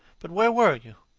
but where were you?